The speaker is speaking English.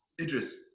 Idris